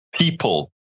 people